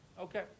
Okay